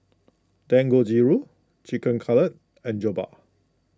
Dangojiru Chicken Cutlet and Jokbal